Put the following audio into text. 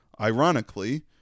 Ironically